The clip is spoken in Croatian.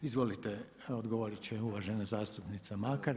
Izvolite odgovorit će uvažena zastupnica Makar.